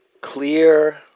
Clear